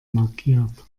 markiert